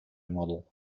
model